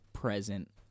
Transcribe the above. present